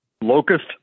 Locust